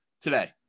today